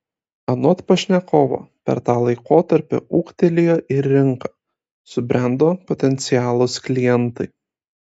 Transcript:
anot pašnekovo per tą laikotarpį ūgtelėjo ir rinka subrendo potencialūs klientai